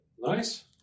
Nice